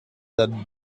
that